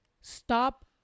Stop